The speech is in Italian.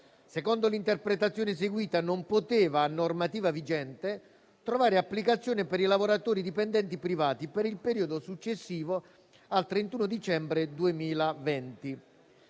secondo l'interpretazione seguita, non poteva, a normativa vigente, trovare applicazione, per i lavoratori dipendenti privati, per il periodo successivo al 31 dicembre 2020